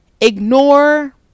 Ignore